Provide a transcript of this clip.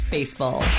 Baseball